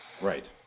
Right